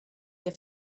der